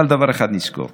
אבל דבר אחד נזכור,